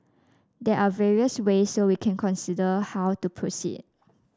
there are various ways so we will consider how to proceed